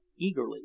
eagerly